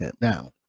now